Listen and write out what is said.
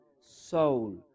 soul